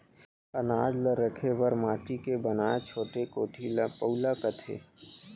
अनाज ल रखे बर माटी के बनाए छोटे कोठी ल पउला कथें